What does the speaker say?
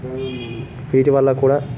వీటి వల్ల కూడా